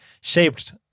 shaped